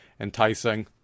enticing